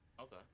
Okay